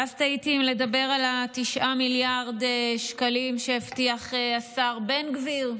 ואז תהיתי אם לדבר על ה-9 מיליארד שקלים שהבטיח השר בן גביר,